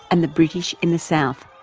and the british in the south.